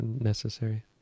necessary